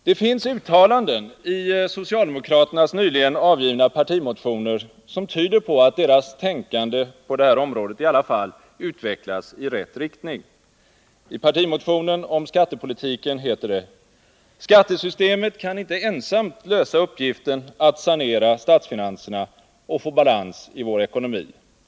Det finns uttalanden i socialdemokraternas nyligen avgivna partimotioner som tyder på att deras tänkande på detta område i alla fall utvecklas i rätt riktning. I partimotionen om skattepolitiken heter det: ”Skattesystemet kan inte ensamt lösa uppgiften att sanera statsfinanserna och få balans i vår ekonomi.